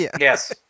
Yes